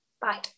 Bye